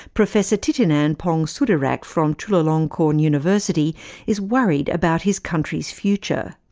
professor thitinan pongsudhirak from chulalongkorn university is worried about his country's future.